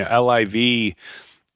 LIV